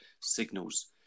signals